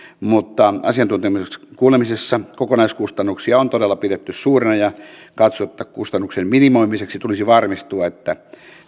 mutta asiantuntijakuulemisessa kokonaiskustannusta on todella pidetty suurena ja katsottu että kustannuksen minimoimiseksi tulisi varmistua että